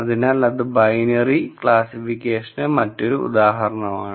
അതായത് അത് ബൈനറി ക്ലാസ്സിഫിക്കേഷന്റെ മറ്റൊരു ഉദാഹരണമാണ്